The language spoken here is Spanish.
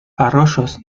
arroyos